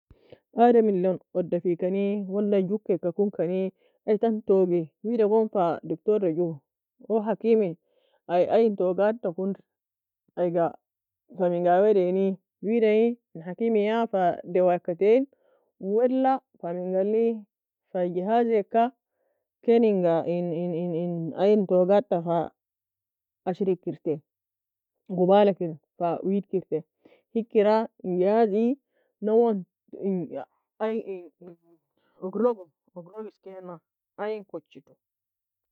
Eid elon uda fekani, wela gokei kon kanie, aye tan fa tougie, fa دكتور la goo, oo حكيم ie aye en togad ta konr, aiyga fa men ga awa denie? Wida ei en حكيم fa ya dewa ga tein, wala fa menga alei; fa جهازweka ken in in aye toigad fa ashri kir goball anga fa wedkir tei. Hikera? En جهاز aie og logo eskena ayein koche doo